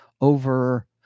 over